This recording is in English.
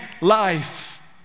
life